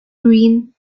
green